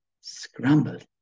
scrambled